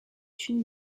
une